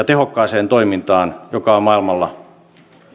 tehokkaaseen toimintaan joka on maailmalla